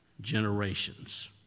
generations